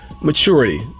Maturity